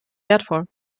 wertvoll